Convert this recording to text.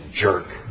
jerk